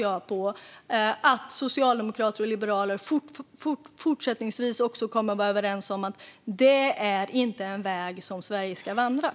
Jag hoppas att det är så och att Socialdemokraterna och Liberalerna även fortsättningsvis är överens om det.